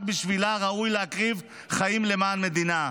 בשבילה ראוי להקריב חיים למען המדינה.